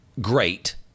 great